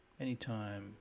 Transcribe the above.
anytime